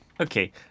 okay